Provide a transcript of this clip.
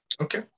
Okay